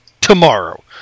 Tomorrow